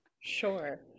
Sure